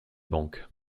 banques